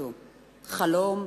חלום,